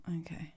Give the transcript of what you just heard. okay